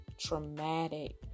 traumatic